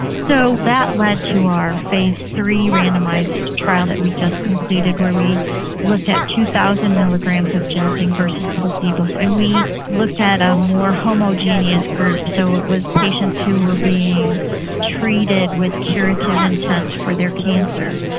so that led to our phase three randomised trial that we just completed where we looked at two thousand milligrams of ginseng versus placebo and we looked at a more homogeneous group so it was patients who were being treated with curative intent for their cancer.